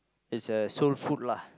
is a soul food lah